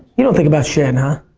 you don't think about shit, huh?